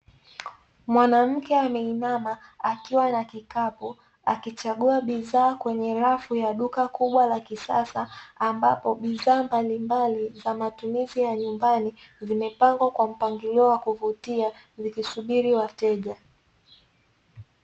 Mwanamke ameinama akiwa na kikapu akichagua bidhaa kwenye rafu ya duka kubwa la kisasa, ambapo bidhaa mbalimbali za matumizi ya nyumbani zimepangwa kwa mpangilio wa kuvuta vikisubiri wateja.